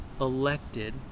elected